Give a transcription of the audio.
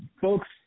folks